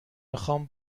میخام